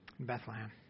bethlehem